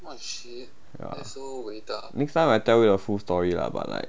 ya next time I tell you the full story lah but like